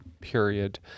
period